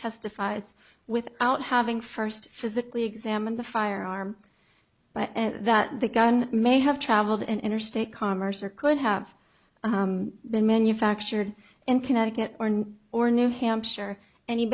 testifies without having first physically examined the firearm but that the gun may have traveled in interstate commerce or could have been manufactured in connecticut or new hampshire an